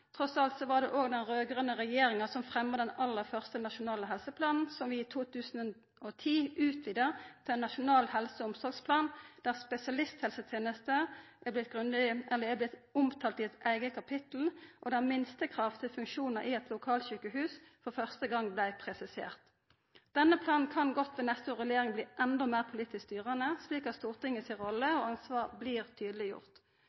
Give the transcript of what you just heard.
trass i alt var det den raud-grøne regjeringa som fremma den aller første nasjonale helseplanen, som vi i 2010 utvida til ein nasjonal helse- og omsorgsplan, der spesialisthelsetenesta blei omtalt i eit eige kapittel, og der minstekrav til funksjonar i eit lokalsjukehus for første gong blei presiserte. Denne planen kan ved neste rullering bli endå meir politisk styrande, slik at det blir tydeleggjort kva rolle